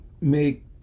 make